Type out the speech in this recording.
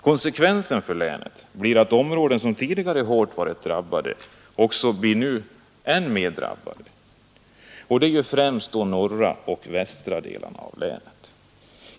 Konsekvensen för länet blir också att redan tidigare hårt drabbade områden kommer att drabbas ännu hårdare nu, främst då de norra och västra delarna av länet.